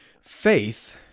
faith